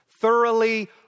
Thoroughly